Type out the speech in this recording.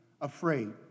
afraid